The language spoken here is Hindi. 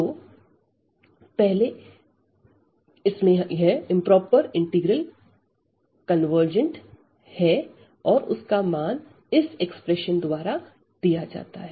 तो पहले केस में यह इंप्रोपर इंटीग्रल कन्वर्जेंट है और उसका मान इस एक्सप्रेशन द्वारा दिया जाता है